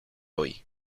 hoy